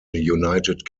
united